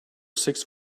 six